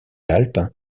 alpes